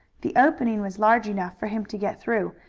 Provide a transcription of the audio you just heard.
the opening was large enough for him to get through,